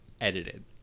edited